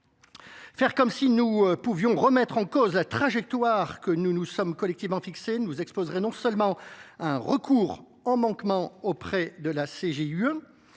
Faire comme si nous pouvions remettre en cause la trajectoire que nous nous sommes collectivement fixée nous exposerait non seulement à un recours en manquement auprès de la Cour